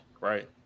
Right